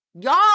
Y'all